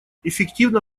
эффективно